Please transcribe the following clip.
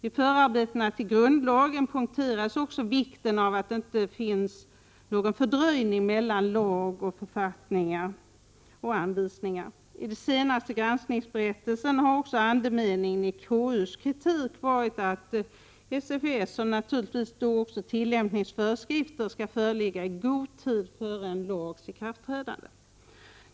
I förarbetena till grundlagen poängterades också vikten av att det inte finns någon fördröjning mellan lag, författningar och anvisningar. I den senaste granskningsberättelsen har också andemeningen i KU:s kritik varit att SFS och naturligtvis också tillämpningsföreskrifter skall föreligga i god tid före en lags ikraftträdande.